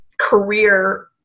career